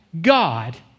God